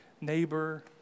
neighbor